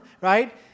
right